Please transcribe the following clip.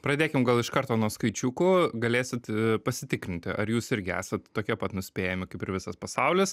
pradėkim gal iš karto nuo skaičiukų galėsit pasitikrinti ar jūs irgi esat tokie pat nuspėjami kaip ir visas pasaulis